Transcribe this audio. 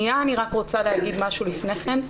אני רק רוצה להגיד משהו לפני כן,